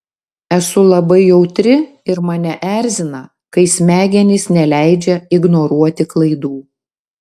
esu labai jautri ir mane erzina kai smegenys neleidžia ignoruoti klaidų